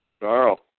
Carl